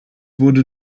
wurde